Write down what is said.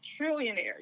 trillionaire